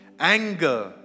Anger